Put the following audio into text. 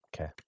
Okay